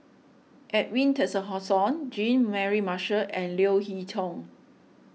Edwin Jean Mary Marshall and Leo Hee Tong